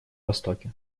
востоке